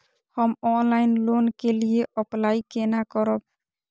हम online loan के लिए अप्लाई केना करब?